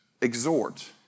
exhort